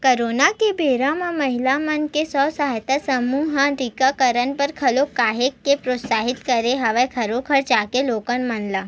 corona के बेरा म महिला मन के स्व सहायता समूह ह टीकाकरन बर घलोक काहेच के प्रोत्साहित करे हवय घरो घर जाके लोगन मन ल